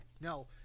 no